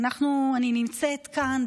אני נמצאת כאן,